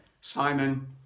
simon